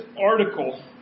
article